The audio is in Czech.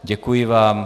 Děkuji vám.